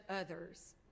others